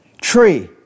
tree